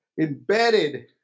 embedded